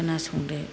खोनासंदो